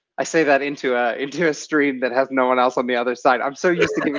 i say that into ah into a stream that has no-one else on the other side. i'm so used to